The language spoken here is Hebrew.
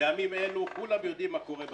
בימים אלו כולם יודעים מה קורה בצפון.